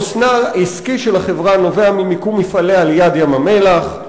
חוסנה העסקי של החברה נובע ממיקום מפעליה ליד ים-המלח".